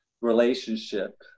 relationship